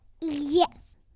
Yes